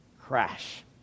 crash